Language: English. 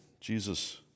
Jesus